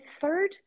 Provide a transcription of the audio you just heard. third